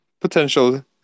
potential